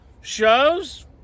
shows